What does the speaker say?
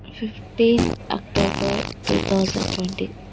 fifteen October to thousand twenty